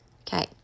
Okay